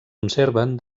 conserven